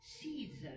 season